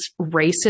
racist